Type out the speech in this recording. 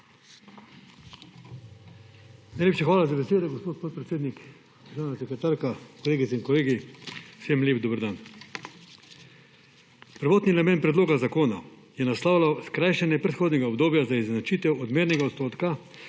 Najlepša hvala za besedo, gospod podpredsednik. Državna sekretarka, kolegice in kolegi, vsem lep dober dan! Prvotni namen predloga zakona je naslavljal skrajšanje prehodnega obdobja za izenačitev odmernega odstotka